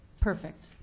Perfect